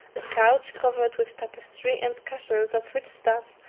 a couch covered with tapestry, and cushions of rich stuff,